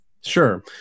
Sure